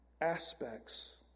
aspects